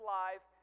life